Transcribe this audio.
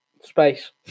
Space